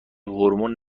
هورمون